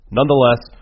Nonetheless